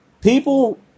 people